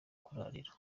kurarira